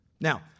Now